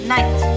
Night